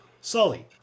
Sully